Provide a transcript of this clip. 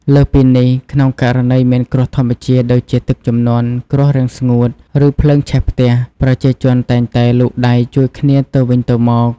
លើសពីនេះ ក្នុងករណីមានគ្រោះធម្មជាតិដូចជាទឹកជំនន់ គ្រោះរាំងស្ងួត ឬភ្លើងឆេះផ្ទះ ប្រជាជនតែងតែលូកដៃជួយគ្នាទៅវិញទៅមក។